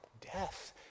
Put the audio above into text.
death